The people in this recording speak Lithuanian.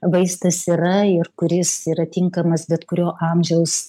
vaistas yra ir kuris yra tinkamas bet kurio amžiaus